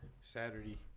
Saturday